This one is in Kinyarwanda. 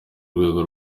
rwego